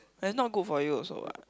then it's not good for you also what